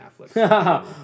affleck